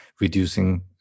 reducing